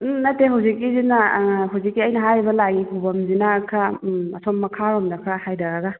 ꯎꯝ ꯅꯠꯇꯦ ꯍꯧꯖꯤꯛꯀꯤꯁꯤꯅ ꯍꯧꯖꯤꯛꯀꯤ ꯑꯩꯅ ꯍꯥꯏꯔꯤꯕ ꯂꯥꯏꯒꯤ ꯈꯨꯕꯝꯁꯤꯅ ꯈꯔ ꯑꯁꯣꯝ ꯃꯈꯥꯔꯣꯝꯗ ꯈꯔ ꯍꯥꯏꯊꯔꯒ